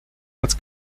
als